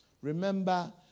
Remember